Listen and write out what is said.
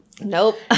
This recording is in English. Nope